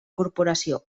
corporació